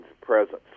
presence